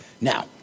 Now